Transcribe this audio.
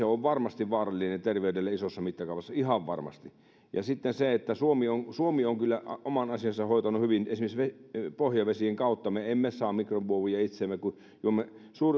on varmasti vaarallinen terveydelle isossa mittakaavassa ihan varmasti ja suomi on suomi on kyllä oman asiansa hoitanut hyvin esimerkiksi pohjavesien kautta me emme saa mikromuovia itseemme kun juomme